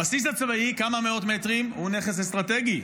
הבסיס הצבאי, כמה מאות מטרים, הוא נכס אסטרטגי,